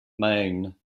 maine